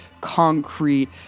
concrete